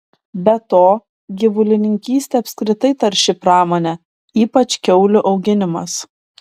be to gyvulininkystė apskritai tarši pramonė ypač kiaulių auginimas